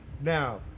Now